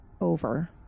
over